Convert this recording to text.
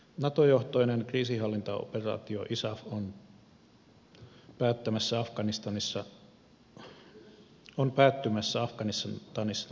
nato johtoinen kriisinhallintaoperaatio isaf on päättymässä afganistanissa vuoden lopulla